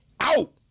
out